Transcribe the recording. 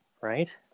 right